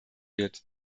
wird